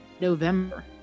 November